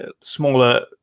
smaller